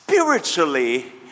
Spiritually